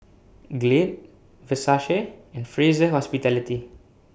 Glade Versace and Fraser Hospitality